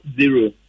zero